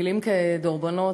מילים כדרבונות.